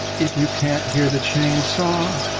if you can't hear the chainsaw,